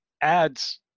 ads